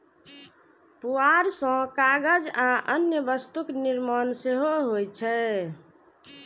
पुआर सं कागज आ अन्य वस्तुक निर्माण सेहो होइ छै